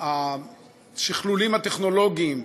השכלולים הטכנולוגיים,